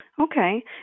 Okay